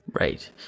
Right